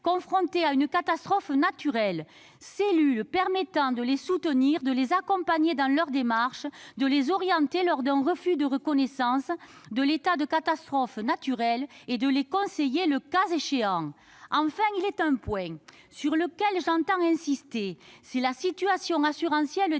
confrontés à une catastrophe naturelle, laquelle permettra de les soutenir, de les accompagner dans leurs démarches, de les orienter devant un refus de reconnaissance et de les conseiller, le cas échéant. Enfin, il est un point sur lequel j'entends insister : la situation assurantielle